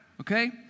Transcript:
okay